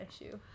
issue